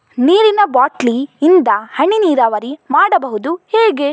ನೀರಿನಾ ಬಾಟ್ಲಿ ಇಂದ ಹನಿ ನೀರಾವರಿ ಮಾಡುದು ಹೇಗೆ?